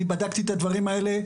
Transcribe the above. אני בדקתי את הדברים האלה.